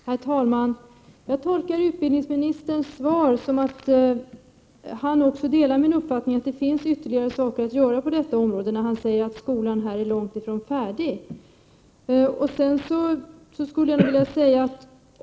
Herr talman! Jag tolkar statsrådet Perssons svar så, att han delar min uppfattning att det finns ytterligare saker att göra på detta område, när han säger att skolan långt ifrån är färdig.